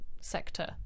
sector